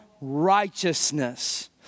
righteousness